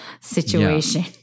situation